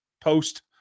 post